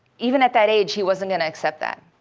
even at that age he wasn't going to accept that.